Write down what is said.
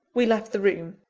we left the room.